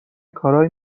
کارایی